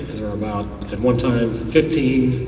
at one time fifteen